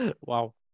Wow